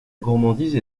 gourmandise